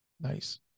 Nice